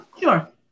Sure